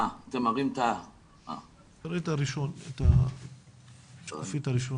עכשיו אני רוצה שתראו את כריכת החוברת כי זה מה שחשוב.